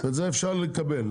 ואת זה אפשר לקבל,